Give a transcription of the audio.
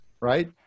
right